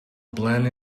blend